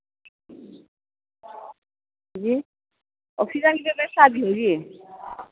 जी के अंदर शादी हो रही